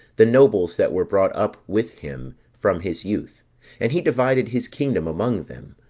the nobles that were brought up with him from his youth and he divided his kingdom among them,